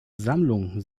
sammlung